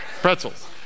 pretzels